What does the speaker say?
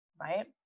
right